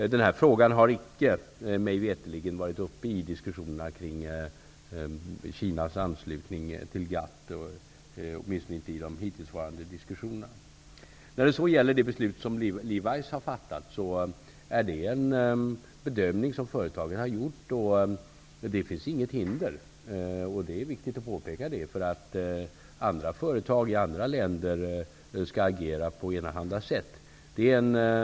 Denna fråga har såvitt jag vet inte tagits upp i diskussionerna kring Kinas anslutning till GATT, åtminstone inte i de hittillsvarande diskussionerna. När det så gäller det beslut som Levis har fattat, är det en bedömning som företaget har gjort. Det finns inte något hinder för att andra företag i andra länder agerar på enahanda sätt, vilket är viktigt att påpeka.